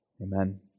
Amen